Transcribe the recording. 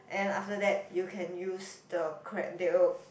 and then after that you can use the cre~ they will